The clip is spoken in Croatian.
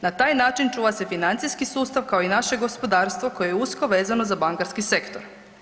Na taj način čuva se financijski sustav kao i naše gospodarstvo koje je usko vezano za bankarski sektor.